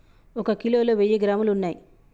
ఒక కిలోలో వెయ్యి గ్రాములు ఉన్నయ్